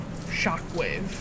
shockwave